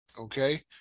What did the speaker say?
okay